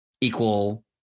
equal